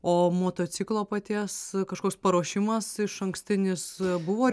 o motociklo paties kažkoks paruošimas išankstinius buvo ar